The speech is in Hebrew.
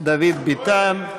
דוד ביטן.